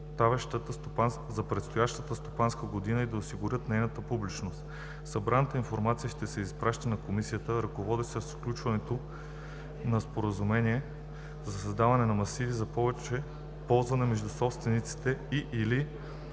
за предстоящата стопанска година и да осигурят нейната публичност. Събраната информация ще се изпраща на комисията, ръководеща сключването на споразумения за създаване на масиви за ползване между собствениците и/или